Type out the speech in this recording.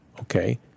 okay